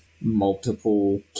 multiple